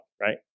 right